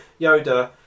Yoda